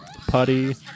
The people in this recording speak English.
putty